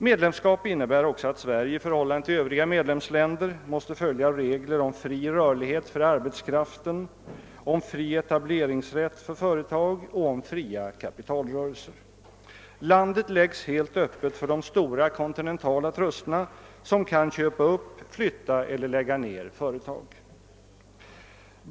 Medlemskap innebär också att Sverige i förhållande till de övriga medlemsländerna måste följa reglerna om fri rörlighet för arbetskraft, om fri etableringsrätt för företag och om fria kapitalrörelser. Landet läggs helt öppet för de stora kontinentala trusterna, som därvid kan köpa upp, flytta eller lägga ned företag.